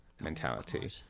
mentality